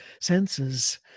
senses